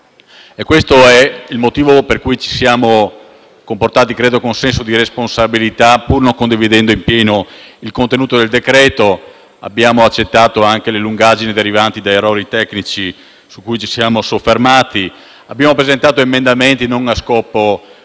Questo è il motivo per cui ci siamo comportati con senso di responsabilità, pur non condividendo in pieno il contenuto del provvedimento: abbiamo accettato anche le lungaggini derivanti dagli errori tecnici su cui ci siamo soffermati; abbiamo presentato emendamenti non a scopo